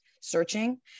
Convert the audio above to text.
searching